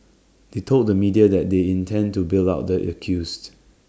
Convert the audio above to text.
they told the media that they intend to bail out the accused